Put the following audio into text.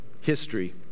history